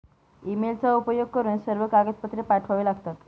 ईमेलचा उपयोग करून सर्व कागदपत्रे पाठवावे लागतात